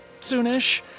soonish